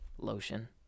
lotion